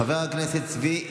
חבר הכנסת אביגדור ליברמן,